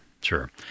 sure